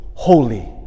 Holy